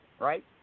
right